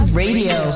radio